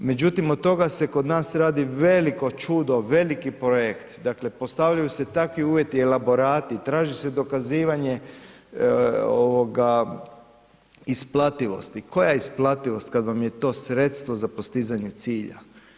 Međutim, od toga se kod nas radi veliko čudo, veliki projekt, dakle postavljaju se takvi uvjeti, elaborati, traži se dokazivanje ovoga isplativosti, koja isplativost kad vam je to sredstvo za postizanje cilja.